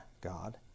God